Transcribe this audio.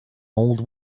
old